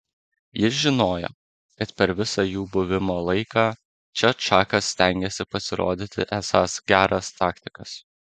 jis žinojo kad per visą jų buvimo laiką čia čakas stengiasi pasirodyti esąs geras taktikas